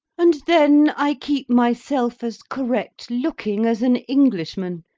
and then i keep myself as correct-looking as an englishman.